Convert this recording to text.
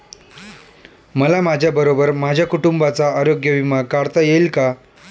मला माझ्याबरोबर माझ्या कुटुंबाचा आरोग्य विमा काढता येईल का?